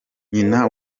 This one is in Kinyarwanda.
nyina